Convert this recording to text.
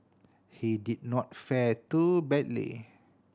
he did not fare too badly